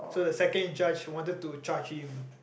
so the second in charge wanted to charge him